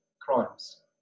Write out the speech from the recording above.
crimes